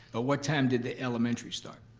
ah what time did the elementary start?